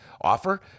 offer